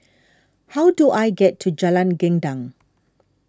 how do I get to Jalan Gendang